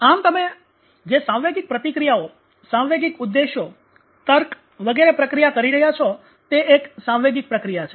આમ તમે જે સાંવેગિક પ્રતિક્રિયાઓ સાંવેગિક ઉદ્દેશ્યો તર્ક વગેરે પ્રક્રિયા કરી રહ્યા છો તે એક સાંવેગિક પ્રક્રિયા છે